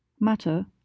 Matter